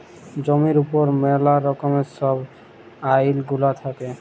জমির উপর ম্যালা রকমের ছব আইল গুলা থ্যাকে